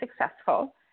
successful